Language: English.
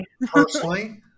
Personally